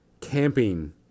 camping